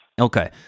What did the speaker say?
Okay